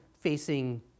facing